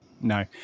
No